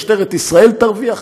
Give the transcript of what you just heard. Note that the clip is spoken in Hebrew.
משטרת ישראל תרוויח,